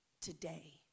today